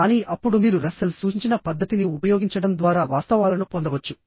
కానీ అప్పుడు మీరు రస్సెల్ సూచించిన పద్ధతిని ఉపయోగించడం ద్వారా వాస్తవాలను పొందవచ్చు